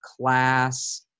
class